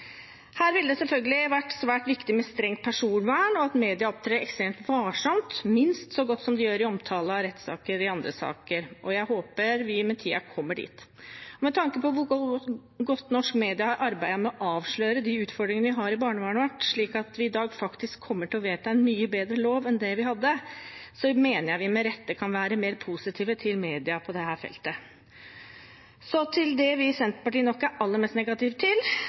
Her vil det selvfølgelig være svært viktig med strengt personvern, og at media opptrer ekstremt varsomt, minst så godt som de gjør i omtale av rettssaker i andre saker. Jeg håper vi med tiden kommer dit. Med tanke på hvor godt norske media har arbeidet med å avsløre de utfordringene vi har i barnevernet vårt, slik at vi i dag faktisk kommer til å vedta en mye bedre lov enn det vi hadde, mener jeg vi med rette kan være mer positive til media på dette feltet. Så til det vi i Senterpartiet nok er aller mest negative til,